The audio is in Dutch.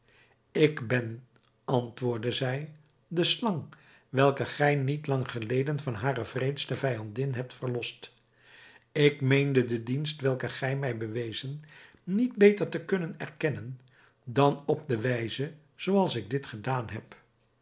ik ben antwoordde zij de slang welke gij niet lang geleden van hare wreedste vijandin hebt verlost ik meende de dienst welke gij mij hebt bewezen niet beter te kunnen erkennen dan op de wijze zoo als ik dit gedaan heb